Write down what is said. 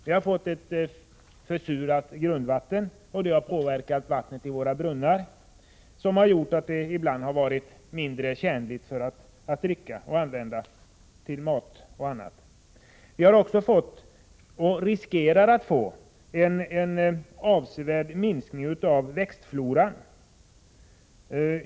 Vi har fått ett försurat grundvatten, och det har påverkat vattnet i våra brunnar, så att det ibland varit mindre tjänligt att dricka och att använda vid matlagning etc. Vi har också fått, och riskerar att få, en avsevärd minskning av växtfloran.